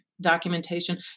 documentation